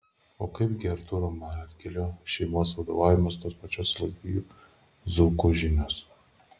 o kaip gi artūro margelio šeimos vadovaujamos tos pačios lazdijų dzūkų žinios